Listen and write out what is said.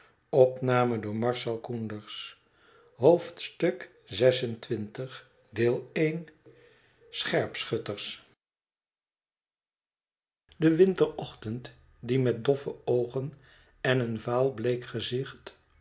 scherpschutters de winterochtend die met doffe oogen en een vaalbleek gezicht